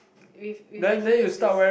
with with the heels is